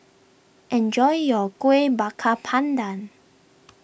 enjoy your Kueh Bakar Pandan